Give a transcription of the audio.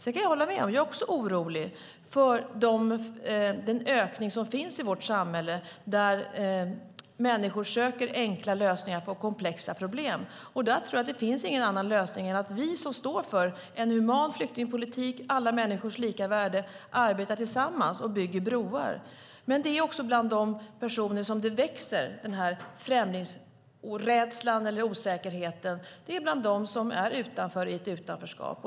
Jag är också orolig för ökningen i vårt samhälle av människor som söker enkla lösningar på komplexa problem. Där tror jag att det inte finns någon annan lösning än att vi som står för en human flyktingpolitik och alla människors lika värde arbetar tillsammans och bygger broar. Det är också de personer som drabbas av främlingsrädsla och osäkerhet som hamnar i ett utanförskap.